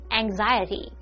anxiety